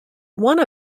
one